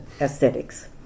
aesthetics